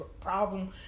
problem